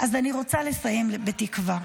אני רוצה לסיים בתקווה.